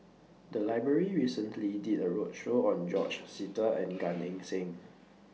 The Library recently did A roadshow on George Sita and Gan Eng Seng